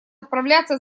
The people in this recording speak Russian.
отправляться